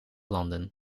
landen